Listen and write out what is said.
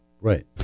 right